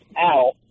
out